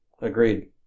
Agreed